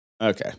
Okay